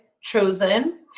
chosen